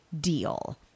deal